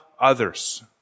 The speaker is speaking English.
others